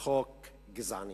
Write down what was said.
וחוק גזעני.